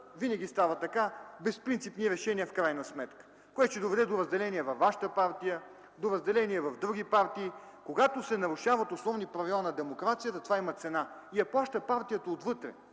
винаги става така, безпринципни решения в крайна сметка, което ще доведе до разделение във вашата партия и в други партии. Когато се нарушават основни правила на демокрацията, за това има цена и я плаща партията отвътре.